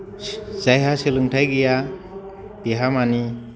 जायहा सोलोंथाय गैया बेहा माने